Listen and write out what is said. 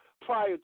prior